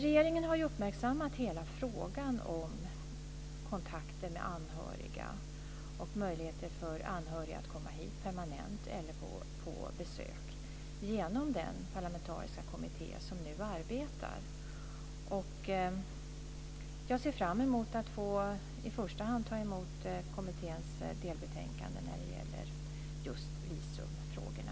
Regeringen har uppmärksammat hela frågan om kontakter med anhöriga och möjligheter för anhöriga att komma hit permanent eller på besök genom den parlamentariska kommitté som nu arbetar. Jag ser fram emot att få i första hand ta emot kommitténs delbetänkande när det gäller just visumfrågorna.